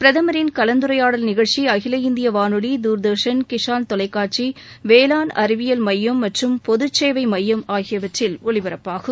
பிரதமரின் கலந்துரையாடல்நிகழ்ச்சி அகில இந்திய வானொலி தூர்தர்ஷன் கிஷன் தொலைக்காட்சி வேளாண் அறிவியல் மையம் மற்றும் பொதுத்சேவை மையம் ஆகியவற்றில் ஒலிப்பரப்பாகும்